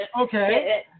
Okay